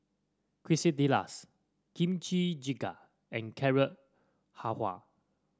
Quesadillas Kimchi Jjigae and Carrot Halwa